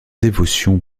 dévotion